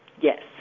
Yes